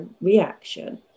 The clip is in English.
reaction